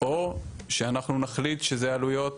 או שאנחנו נחליט שזה עלויות